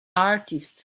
artist